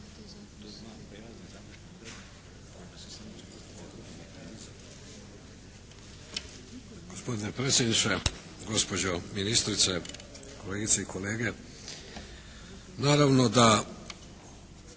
Gospodine predsjedniče, gospođo ministrice, kolegice i kolege. Naravno da